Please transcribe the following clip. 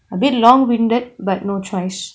a bit long winded but no choice